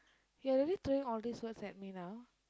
you're really throwing all these words at me now